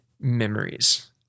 memories